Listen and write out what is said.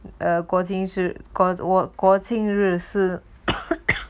呃过是 coursework 国庆日 si